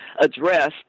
addressed